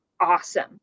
awesome